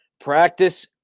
practice